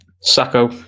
Sacco